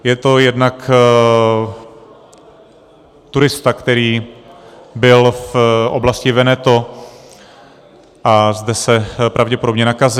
Je to jednak turista, který byl v oblasti Veneto a zde se pravděpodobně nakazil.